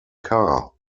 car